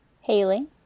Haley